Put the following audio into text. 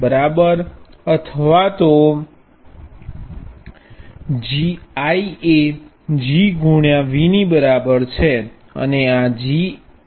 બરાબર અથવા તો I એ G ગુણ્યા V ની બરાબર છે